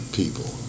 people